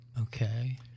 Okay